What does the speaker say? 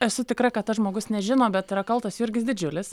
esu tikra kad tas žmogus nežino bet yra kaltas jurgis didžiulis